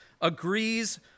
agrees